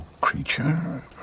creature